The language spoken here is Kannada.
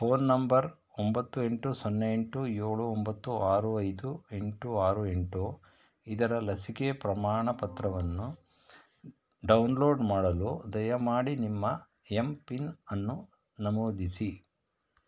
ಫೋನ್ ನಂಬರ್ ಒಂಬತ್ತು ಎಂಟು ಸೊನ್ನೆ ಎಂಟು ಏಳು ಒಂಬತ್ತು ಆರು ಐದು ಎಂಟು ಆರು ಎಂಟು ಇದರ ಲಸಿಕೆ ಪ್ರಮಾಣಪತ್ರವನ್ನು ಡೌನ್ಲೋಡ್ ಮಾಡಲು ದಯಮಾಡಿ ನಿಮ್ಮ ಎಂ ಪಿನ್ ಅನ್ನು ನಮೂದಿಸಿ